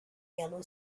yellow